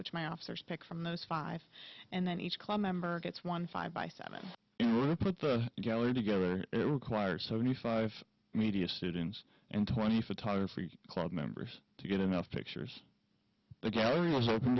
which my officers pick from those five and then each club member gets one five by seven when i put the gallery together it requires seventy five media students and twenty photography club members to get enough pictures there gary was